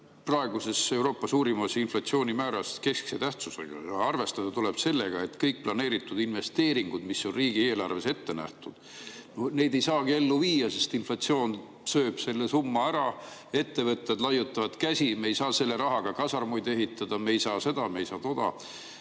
praeguses Euroopa suurimas inflatsioonimääras keskse tähtsusega. Arvestada tuleb sellega, et kõiki planeeritud investeeringuid, mis on riigieelarves ette nähtud, ei saagi ellu viia, sest inflatsioon sööb selle summa ära. Ettevõtted laiutavad käsi. Me ei saa selle rahaga kasarmuid ehitada, me ei saa seda, me ei saa toda.